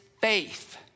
faith